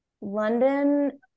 London